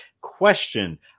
Question